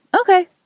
Okay